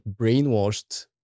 brainwashed